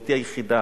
במולדתי היחידה,